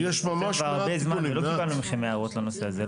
מפורסמת כבר הרבה זמן ולא קיבלנו מכם ההערות לנושא הזה.